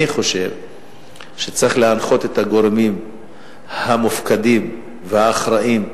אני חושב שצריך להנחות את הגורמים המופקדים והאחראים,